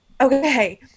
Okay